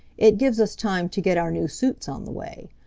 it gives us time to get our new suits on the way.